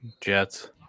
Jets